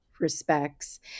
respects